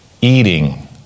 Eating